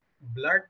blood